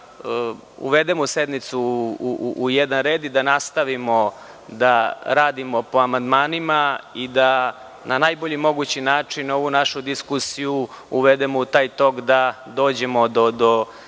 da uvedemo sednicu u jedan red i da nastavimo da radimo po amandmanima i da na najbolji mogući način ovu našu diskusiju uvedemo u taj tok i da dođemo do